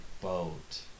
boat